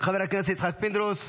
חבר הכנסת יצחק פינדרוס,